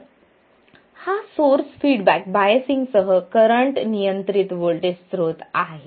तर हा source feedback biasing सह करंट नियंत्रित व्होल्टेज स्त्रोत आहे